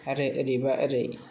आरो ओरैबा ओरै